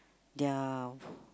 their